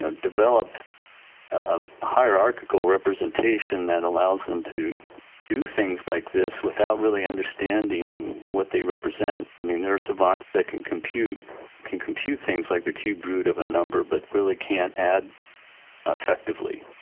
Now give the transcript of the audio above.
ah develop a hierarchical representation that allows them to do things like this without really understanding what they represent. i mean there are so savants, um they can compute can compute things like the cube root of a number but really can't add effectively.